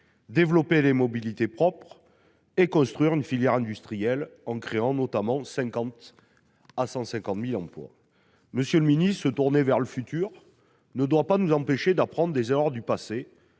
développer les mobilités propres et construire une filière industrielle en créant 50 000 à 150 000 emplois. Monsieur le ministre, se tourner vers le futur ne doit pas empêcher d'apprendre des erreurs du passé,